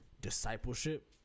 discipleship